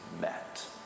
met